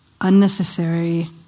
unnecessary